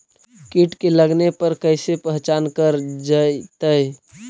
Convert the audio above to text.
कीट के लगने पर कैसे पहचान कर जयतय?